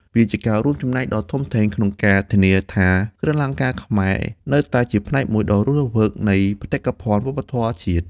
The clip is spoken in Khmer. វាជាការរួមចំណែកដ៏ធំធេងក្នុងការធានាថាគ្រឿងអលង្ការខ្មែរនៅតែជាផ្នែកមួយដ៏រស់រវើកនៃបេតិកភណ្ឌវប្បធម៌ជាតិ។